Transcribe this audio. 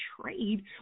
trade